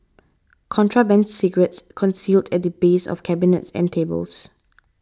contraband cigarettes concealed at the base of cabinets and tables